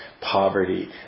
poverty